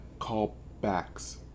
callbacks